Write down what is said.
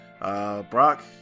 Brock